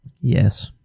Yes